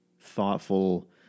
thoughtful